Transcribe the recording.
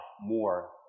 more